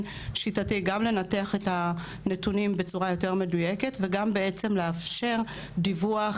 שיטתי גם לנתח את הנתונים בצורה יותר מדויקת וגם לאפשר דיווח